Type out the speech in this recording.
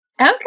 Okay